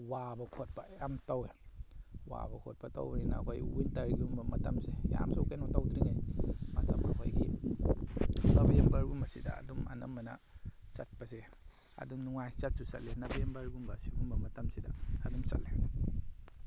ꯋꯥꯕ ꯈꯣꯠꯄ ꯌꯥꯝꯅ ꯇꯧꯏ ꯋꯥꯕ ꯈꯣꯠꯄ ꯇꯧꯕꯅꯤꯅ ꯑꯩꯈꯣꯏ ꯋꯤꯟꯇꯔꯒꯨꯝꯕ ꯃꯇꯝꯁꯦ ꯌꯥꯝꯅꯁꯨ ꯀꯩꯅꯣ ꯇꯧꯗ꯭ꯔꯤꯉꯩ ꯃꯇꯝ ꯑꯩꯈꯣꯏꯒꯤ ꯅꯕꯦꯝꯕꯔꯒꯨꯝꯕꯁꯤꯗ ꯑꯗꯨꯝ ꯑꯅꯝꯕꯅ ꯆꯠꯄꯁꯦ ꯑꯗꯨꯝ ꯅꯨꯡꯉꯥꯏ ꯆꯠꯁꯨ ꯆꯠꯂꯤ ꯅꯕꯦꯝꯕꯔꯒꯨꯝꯕ ꯁꯤꯒꯨꯝꯕ ꯃꯇꯝꯁꯤꯗ ꯑꯗꯨꯝ ꯆꯠꯂꯦ